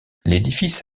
l’édifice